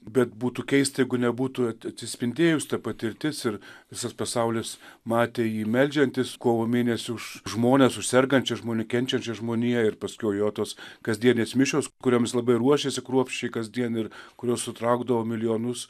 bet būtų keista jeigu nebūtų atsispindėjus ta patirtis ir visas pasaulis matė jį meldžiantis kovo mėnesį už žmones už sergančių žmonių kenčiančią žmoniją ir paskiau jo tos kasdienės mišios kurioms labai ruošėsi kruopščiai kasdien ir kurios sutraukdavo milijonus